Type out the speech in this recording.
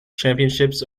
championships